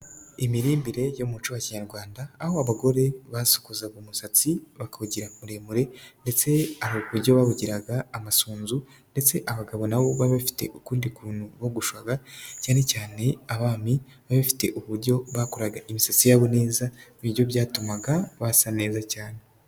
Imirimbire y'umuco wa kinyarwanda, aho abagore basokozaga umusatsi bakawugira muremure ndetse hari uburyo bawugiraga amasunzu, ndetse abagabo na bo bari bafite ukundi kuntu bogoshaga cyane cyane abami, bari bafite uburyo bakoraga imisatsi yabo neza, ni byo byatumaga basa neza cyane.